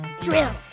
Drill